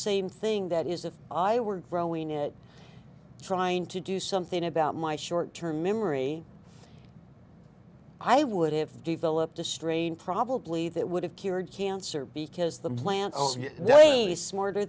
same thing that is if i were growing in trying to do something about my short term memory i would have developed a strain probably that would have cured cancer because the plant days smarter